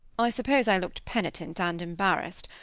i suppose i looked penitent, and embarrassed.